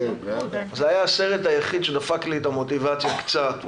זה היה הסרט היחיד שדפק לי את המוטיבציה קצת.